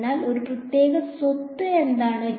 എന്നാൽ ഒരു പ്രത്യേക സ്വത്ത് എന്താണ്